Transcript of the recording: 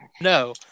No